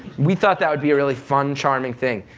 we thought that would be a really fun charming thing,